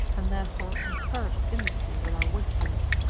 and therefore encouraged industry with our wastefulness,